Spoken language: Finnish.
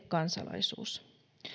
kansalaisuus